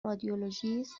رادیولوژیست